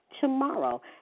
tomorrow